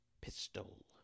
pistol